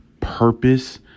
purpose